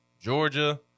Georgia